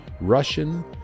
Russian